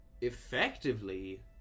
effectively